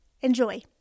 Enjoy